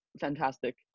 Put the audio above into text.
fantastic